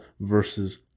versus